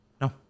No